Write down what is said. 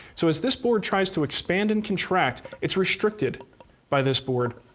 so as this board tries to expand and contract, it's restricted by this board.